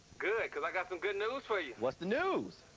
good, because i've got some good news for you. what's the news?